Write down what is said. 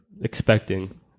expecting